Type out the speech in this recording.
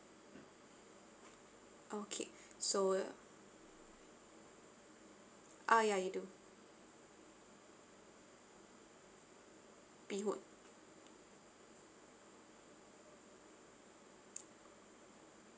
okay so uh ya we do bee hoon